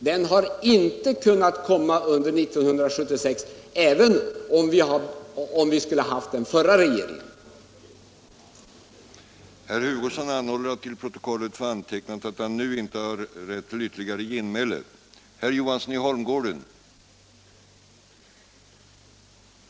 Det hade ju inte kunnat komma under 1976, även om vi hade haft den förra regeringen kvar.